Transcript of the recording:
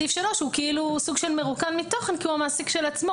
סעיף 3 הוא כאילו סוג של מרוקן מתוכן כי הוא המעסיק של עצמו